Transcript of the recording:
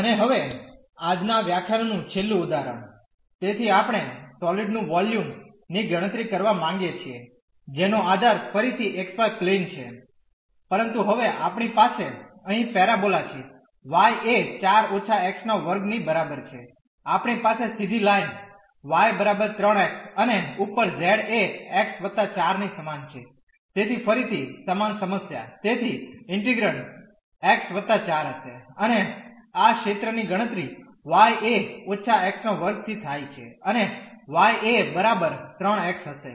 અને હવે આજના વ્યાખ્યાનનું છેલ્લું ઉદાહરણ તેથી આપણે સોલીડ નું વોલ્યુમ ની ગણતરી કરવા માગીએ છીએ જેનો આધાર ફરીથી xy પ્લેન છે પરંતુ હવે આપણી પાસે અહીં પેરાબોલા છે y એ 4 − x2 ની બરાબર છે આપણી પાસે સીધી લાઇન y બરાબર 3 x અને ઉપર z એ x 4 ની સમાન છે તેથી ફરીથી સમાન સમસ્યા તેથી ઇન્ટિગ્રેંડ x 4 હશે અને આ ક્ષેત્રની ગણતરી y એ −x2 થી થાય છે અને y એ બરાબર 3 x હશે